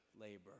labor